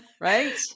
Right